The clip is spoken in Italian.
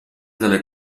dalle